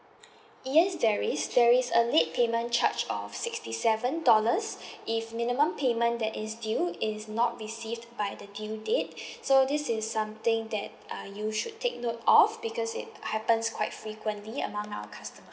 yes there is there is a late payment charge of sixty seven dollars if minimum payment that is due is not received by the due date so this is something that uh you should take note of because it happens quite frequently among our customers